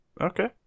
Okay